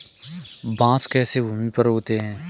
बांस कैसे भूमि पर उगते हैं?